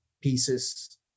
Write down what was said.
pieces